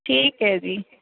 ਠੀਕ ਹੈ ਜੀ